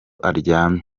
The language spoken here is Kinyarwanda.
aryamye